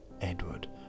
Edward